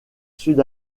sud